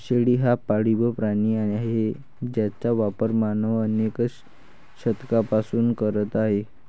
शेळी हा पाळीव प्राणी आहे ज्याचा वापर मानव अनेक शतकांपासून करत आहे